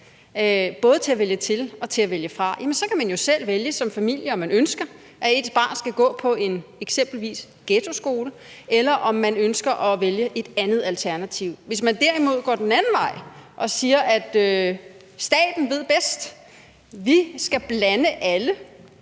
både at vælge til og til at vælge fra, så kan man jo som familie selv vælge, om man ønsker, at ens barn skal gå på eksempelvis en ghettoskole, eller om man ønsker at vælge et andet alternativ. Hvis man derimod går den anden vej og siger, at staten ved bedst , og at vi skal blande alle,